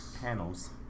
panels